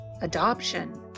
adoption